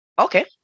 Okay